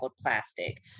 plastic